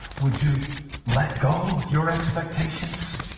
would you let go of your expectations